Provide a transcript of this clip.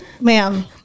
ma'am